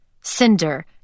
Cinder